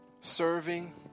Serving